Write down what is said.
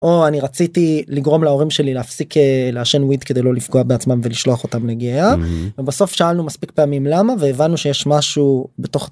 או אני רציתי לגרום להורים שלי להפסיק להשן וויד כדי לא לפגוע בעצמם ולשלוח אותם לגאה בסוף שאלנו מספיק פעמים למה והבנו שיש משהו בתוך.